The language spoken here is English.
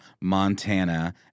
Montana